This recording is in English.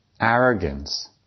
arrogance